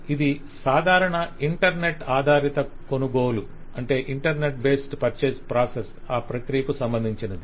ఇది సాధారణ ఇంటర్నెట్ ఆధారిత కొనుగోలు ప్రక్రియకు సంబంధించినది